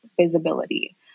visibility